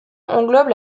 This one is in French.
englobe